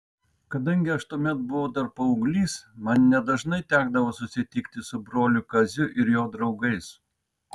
kadangi aš tuomet buvau dar paauglys man nedažnai tekdavo susitikti su broliu kaziu ir jo draugais